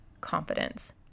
competence